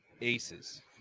aces